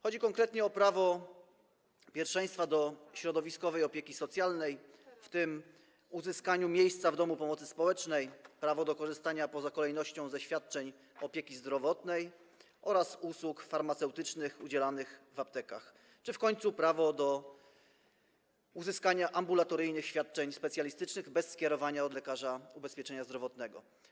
Chodzi konkretnie o prawo pierwszeństwa do środowiskowej opieki socjalnej, w tym uzyskania miejsca w domu pomocy społecznej, prawo do korzystania poza kolejnością ze świadczeń opieki zdrowotnej oraz usług farmaceutycznych udzielanych w aptekach czy w końcu prawo do uzyskania ambulatoryjnych świadczeń specjalistycznych bez skierowania od lekarza ubezpieczenia zdrowotnego.